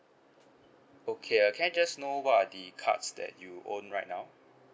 okay uh can I just know what are the cards that you own right now